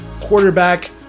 quarterback